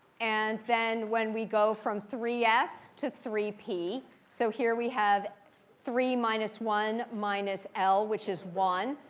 and then when we go from three s to three p so here we have three minus one minus l, which is one.